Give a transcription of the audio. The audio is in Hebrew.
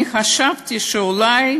אני חשבתי שאולי